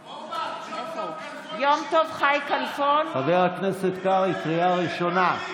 אינו נוכח אורבך, חבר הכנסת קרעי, קריאה ראשונה.